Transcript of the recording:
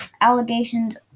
allegations